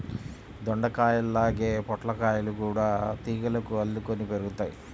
దొండకాయల్లాగే పొట్లకాయలు గూడా తీగలకు అల్లుకొని పెరుగుతయ్